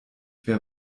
wer